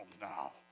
now